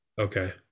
Okay